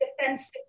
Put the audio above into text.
defensive